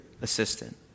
assistant